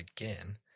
again